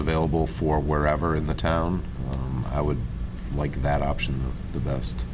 available for wherever in the town i would like that option the best